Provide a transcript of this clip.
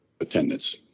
attendance